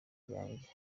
ryanjye